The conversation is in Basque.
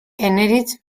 eneritz